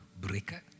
breaker